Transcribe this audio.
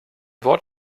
wort